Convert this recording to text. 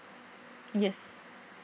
yes